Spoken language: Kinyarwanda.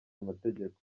amategeko